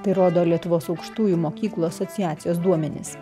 tai rodo lietuvos aukštųjų mokyklų asociacijos duomenys